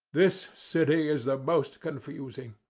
this city is the most confusing.